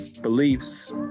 beliefs